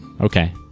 Okay